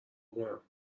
بکنم